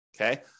okay